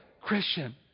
Christian